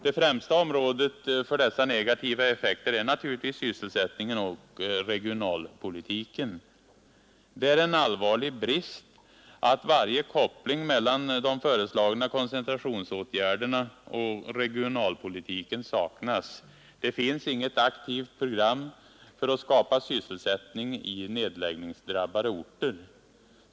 De främsta områdena för dessa negativa effekter är naturligtvis sysselsättningen och regionalpolitiken. Det är en allvarlig brist att varje koppling mellan de föreslagna koncentrationsåtgärderna och regionalpolitiken saknas. Det finns inget aktivt program för att skapa sysselsättning i nedläggningsdrabbade orter.